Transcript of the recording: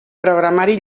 programari